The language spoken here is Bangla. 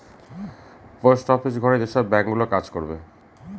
পোস্ট অফিস ঘরে যেসব ব্যাঙ্ক গুলো কাজ করবে